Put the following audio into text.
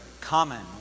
common